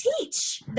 teach